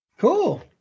Cool